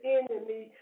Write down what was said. enemy